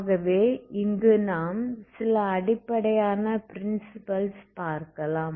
ஆகவே இங்கு நாம் சில அடிப்படையான பிரின்சிப்பிள்ஸ் பார்க்கலாம்